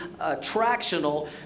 attractional